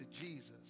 Jesus